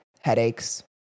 headaches